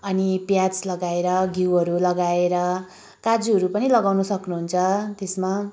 अनि प्याज लगाएर घिउहरू लगाएर काजुहरू पनि लगाउन सक्नुहुन्छ त्यसमा